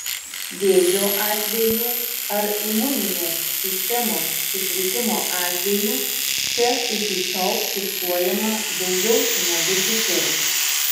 vėžio atvejų ar imuninės sistemos sutrikimo atvejų čia iki šiol fiksuojama daugiau negu kitur